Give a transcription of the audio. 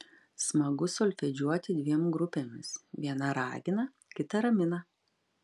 smagu solfedžiuoti dviem grupėmis viena ragina kita ramina